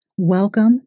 Welcome